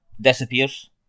disappears